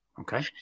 Okay